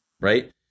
Right